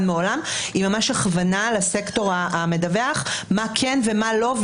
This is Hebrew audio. מעולם עם הכוונה לסקטור המדווח מה כן ומה לא,